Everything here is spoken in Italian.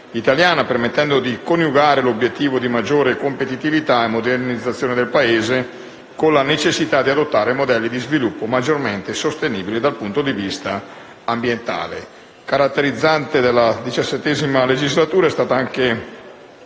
permettendo di coniugare l'obiettivo di una maggiore competitività e modernizzazione del Paese con la necessità di adottare modelli di sviluppo maggiormente sostenibili dal punto di vista ambientale. Caratterizzante la XVII legislatura è stata anche